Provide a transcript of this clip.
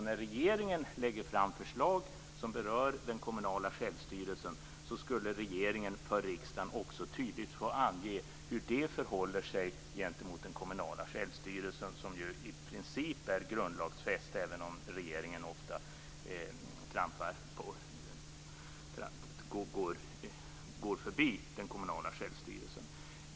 När regeringen lägger fram förslag som berör den kommunala självstyrelsen skulle regeringen för riksdagen också tydligt få ange hur det förhåller sig gentemot den kommunala självstyrelsen, som ju i princip är grundlagsfäst, även om regeringen ofta går förbi den.